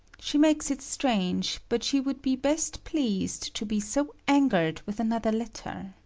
she makes it strange but she would be best pleas'd to be so ang'red with another letter.